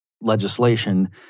legislation